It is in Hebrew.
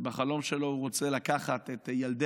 שבחלום שלו הוא רוצה לקחת את ילדי